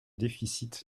déficit